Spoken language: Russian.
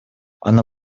она